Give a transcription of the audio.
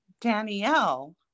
Danielle